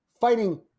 fighting